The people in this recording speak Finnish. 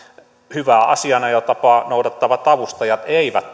hyvää asianajotapaa noudattavat avustajat eivät